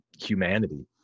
humanity